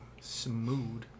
smooth